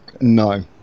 No